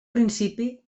principi